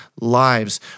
lives